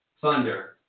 thunder